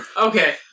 Okay